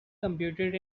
computed